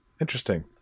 Interesting